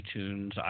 iTunes